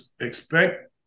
expect